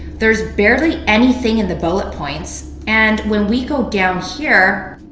there's barely anything in the bullet points. and when we go down here,